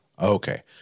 Okay